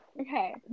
okay